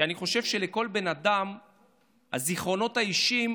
כי אני חושב שלכל אדם הזיכרונות האישיים